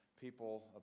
people